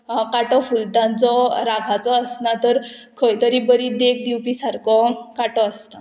काटो फुलटांचो रागाचो आसना तर खंय तरी बरी देख दिवपी सारको काटो आसता